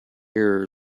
error